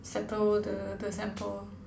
settle the the sample